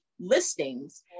listings